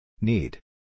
Need